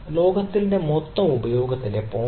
ലോകത്തെ മൊത്തം ഉപയോഗത്തിന്റെ 0